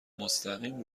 مستقیم